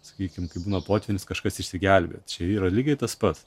sakykim kaip nu potvynis kažkas išsigelbėjo čia yra lygiai tas pats